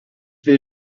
will